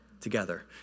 together